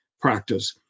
practice